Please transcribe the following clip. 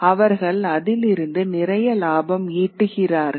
அவர்கள் அதில் இருந்து நிறைய லாபம் ஈட்டுகிறார்கள்